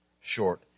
short